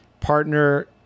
partner